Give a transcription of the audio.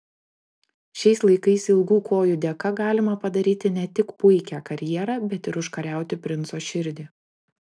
šiais laikais ilgų kojų dėka galima padaryti ne tik puikią karjerą bet ir užkariauti princo širdį